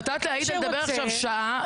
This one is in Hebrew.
נתת לעאידה לדבר עכשיו שעה.